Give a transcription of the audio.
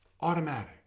Automatic